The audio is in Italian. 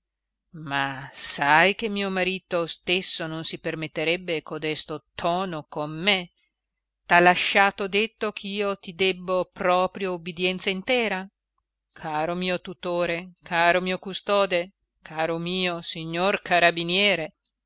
ma sai che mio marito stesso non si permetterebbe codesto tono con me t'ha lasciato detto ch'io ti debbo proprio ubbidienza intera caro mio tutore caro mio custode caro mio signor carabiniere